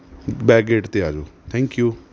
back gate 'ਤੇ ਆ ਜਾਓ ਥੈਂਕ ਯੂ